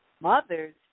mothers